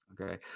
okay